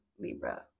Libra